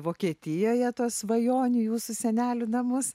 vokietijoje tą svajonių jūsų senelių namus